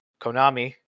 Konami